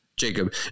Jacob